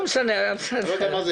לא משנה, בסדר.